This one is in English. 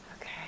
Okay